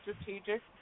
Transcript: strategic